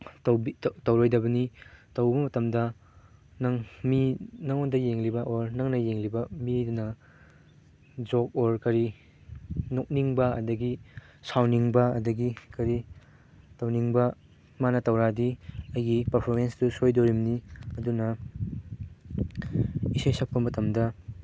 ꯇꯧꯔꯣꯏꯗꯕꯅꯤ ꯇꯧꯕ ꯃꯇꯝꯗ ꯅꯪ ꯃꯤ ꯅꯪꯉꯣꯟꯗ ꯌꯦꯡꯂꯤꯕ ꯑꯣꯔ ꯅꯪꯅ ꯌꯦꯡꯂꯤꯕ ꯃꯤ ꯑꯗꯨꯅ ꯖꯣꯛ ꯑꯣꯔ ꯀꯔꯤ ꯅꯣꯛꯅꯤꯡꯕ ꯑꯗꯒꯤ ꯁꯥꯎꯅꯤꯡꯕ ꯑꯗꯒꯤ ꯀꯔꯤ ꯇꯧꯅꯤꯡꯕ ꯃꯥꯅ ꯇꯧꯔꯛꯑꯗꯤ ꯑꯩꯒꯤ ꯄꯔꯐꯣꯔꯃꯦꯟꯁꯇꯨ ꯁꯣꯏꯗꯣꯔꯤꯝꯅꯤ ꯑꯗꯨꯅ ꯏꯁꯩ ꯁꯛꯄ ꯃꯇꯝꯗ